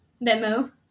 memo